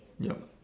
yup